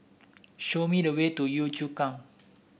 show me the way to Yio Chu Kang